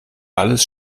alles